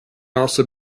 also